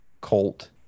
Colt